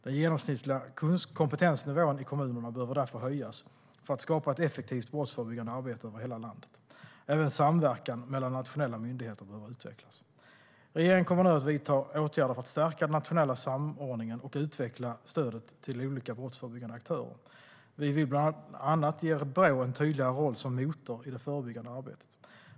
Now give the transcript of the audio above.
Den genomsnittliga kompetensnivån i kommunerna behöver därför höjas för att skapa ett effektivt brottsförebyggande arbete över hela landet. Även samverkan mellan nationella myndigheter behöver utvecklas. Regeringen kommer nu att vidta åtgärder för att stärka den nationella samordningen och utveckla stödet till olika brottsförebyggande aktörer. Vi vill bland annat ge Brå en tydligare roll som motor i det förebyggande arbetet.